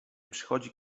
przychodzi